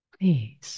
Please